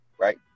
Right